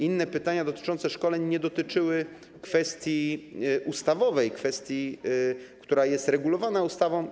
Inne pytania w sprawie szkoleń nie dotyczyły kwestii ustawowej, kwestii, która jest regulowana ustawą.